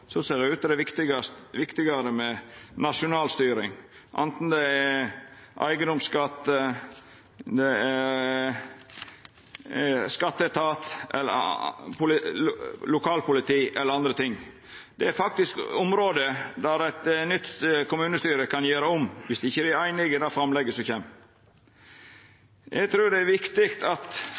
ser det ut til at det er viktigare med nasjonal styring, anten det er eigedomsskatt, skatteetat, lokalpoliti eller anna. Det er faktisk saker som eit nytt kommunestyre kan gjera om på dersom det ikkje er einig i det framlegget som er vedteke. Eg trur det er viktig at me ser forskjell på uopprettelege skadar og ting som det er naturleg at